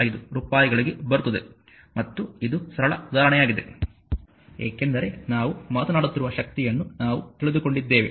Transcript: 265 ರೂಪಾಯಿಗಳಿಗೆ ಬರುತ್ತದೆ ಮತ್ತು ಇದು ಸರಳ ಉದಾಹರಣೆಯಾಗಿದೆ ಏಕೆಂದರೆ ನಾವು ಮಾತನಾಡುತ್ತಿರುವ ಶಕ್ತಿಯನ್ನು ನಾವು ತಿಳಿದುಕೊಂಡಿದ್ದೇವೆ